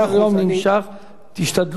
תשתדלו לסיים בשלוש דקות.